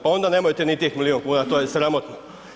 Pa onda nemojte niti tih milion kuna, to je sramotno.